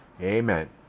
Amen